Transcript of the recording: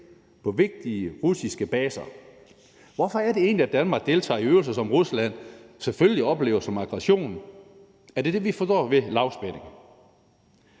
på vigtige russiske baser. Hvorfor er det egentlig, at Danmark deltager i øvelser, som Rusland selvfølgelig oplever som en aggression? Er det det, vi forstår ved lavspænding?